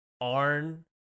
arn